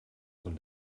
von